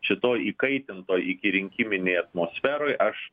šitoj įkaitintoj ikirinkiminėj atmosferoj aš